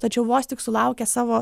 tačiau vos tik sulaukęs savo